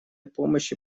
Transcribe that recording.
помощи